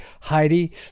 Heidi –